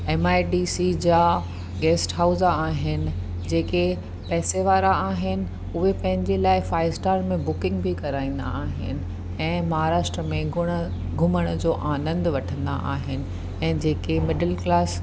M I D C जा guest house आहिनि जेके पैसे वारा आहिनि उहे पंहिंजे लाइ फाइव स्टार में बुकिंग बि कराईंदा आहिनि ऐं महाराष्ट्र में गुण घुमण जो आनंदु वठंदा आहिनि ऐं जेके मिडल क्लास